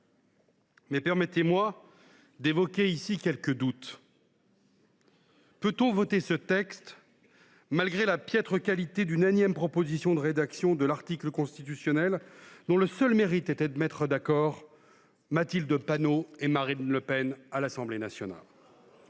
Permettez moi d’exprimer quelques doutes. Peut on voter ce texte malgré la piètre qualité d’une énième proposition de rédaction de l’article constitutionnel, dont le seul mérite était de mettre d’accord Mathilde Panot et Marine Le Pen à l’Assemblée nationale ?